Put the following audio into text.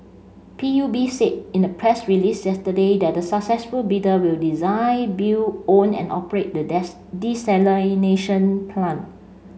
P U B said in a press release yesterday that the successful bidder will design build own and operate the desalination plant